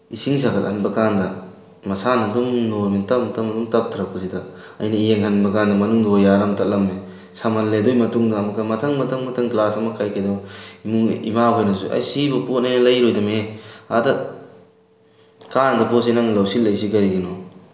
ꯏꯁꯤꯡ ꯁꯥꯒꯠꯍꯟꯕ ꯀꯥꯟꯗ ꯃꯁꯥꯅ ꯑꯗꯨꯝ ꯅꯣꯔꯃꯦꯟ ꯇꯞꯅ ꯇꯞꯅ ꯑꯗꯨꯝ ꯇꯞꯊꯔꯛꯄꯁꯤꯗ ꯑꯩꯅ ꯌꯦꯡꯍꯟꯕꯀꯥꯟꯗ ꯃꯅꯨꯡꯗ ꯑꯣꯌꯥꯔ ꯑꯃ ꯇꯠꯂꯝꯃꯦ ꯁꯝꯍꯜꯂꯦ ꯑꯗꯨꯒꯤ ꯃꯇꯨꯡꯗ ꯑꯃꯨꯛꯀ ꯃꯊꯪ ꯃꯊꯪ ꯃꯊꯪ ꯒ꯭ꯂꯥꯁ ꯑꯃ ꯀꯩꯀꯩꯅꯣ ꯏꯃꯥꯍꯣꯏꯅꯁꯨ ꯑꯁ ꯁꯤꯕꯨ ꯄꯣꯠꯅꯦꯅ ꯂꯩꯔꯣꯏꯗꯕꯅꯤ ꯑꯥꯗ ꯀꯥꯟꯗꯕ ꯄꯣꯠꯁꯤ ꯅꯪꯅ ꯂꯧꯁꯤꯜꯂꯛꯏꯁꯤ ꯀꯔꯤꯒꯤꯅꯣ